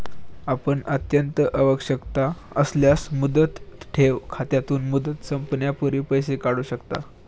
आपण अत्यंत आवश्यकता असल्यास मुदत ठेव खात्यातून, मुदत संपण्यापूर्वी पैसे काढू शकता